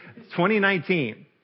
2019